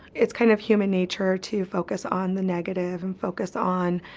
it's kind of human nature to focus on the negative and focus on